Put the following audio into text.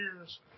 years